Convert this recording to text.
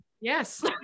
Yes